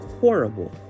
horrible